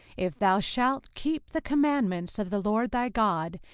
if thou shalt keep the commandments of the lord thy god,